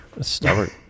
stubborn